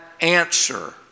answer